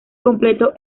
completo